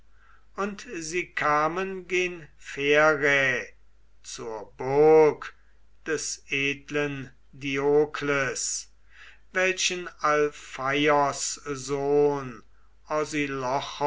und sie kamen gen pherai zur burg des edlen diokles welchen alpheios sohn